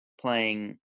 playing